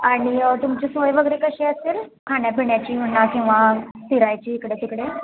आणि तुमची सोय वगैरे कशी असेल खाण्यापिण्याची म्हणा किंवा फिरायची इकडे तिकडे